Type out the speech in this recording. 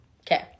Okay